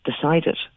decided